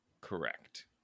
Correct